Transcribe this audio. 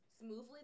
smoothly